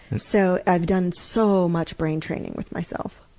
so i've done so much brain training with myself.